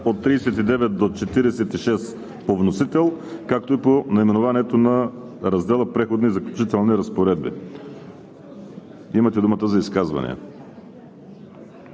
от 39 до 46 по вносител, както и по наименованието на раздела „Преходни и заключителни разпоредби“. Имате думата за изказвания.